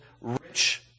rich